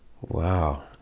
wow